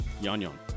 Yon-yon